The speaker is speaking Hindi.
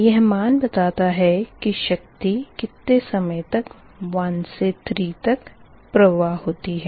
यह मान बताता है के शक्ति कितने समय तक 1 से 3 तक प्रवाह होती है